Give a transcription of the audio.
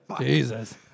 Jesus